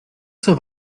zur